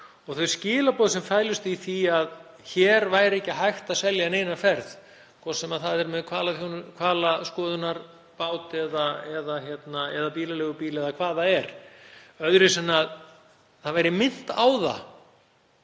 Þau skilaboð sem fælust í því að hér væri ekki hægt að selja neina ferð, hvort sem það er með hvalaskoðunarbát eða bílaleigubíl eða hvað það er, öðruvísi en að minnt væri á það